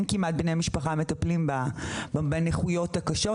אין כמעט בני משפחה מטפלים בנכויות הקשות,